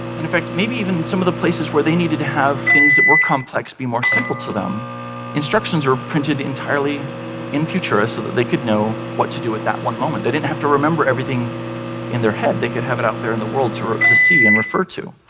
and in fact, maybe even some of the places where they needed to have things that were complex be more simple to them instructions were printed entirely in futura, so that they could know what to do with that one moment. they didn't have to remember everything in their head, they could have it out there in the world to see and refer to.